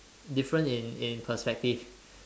difference in in perspective